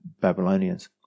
Babylonians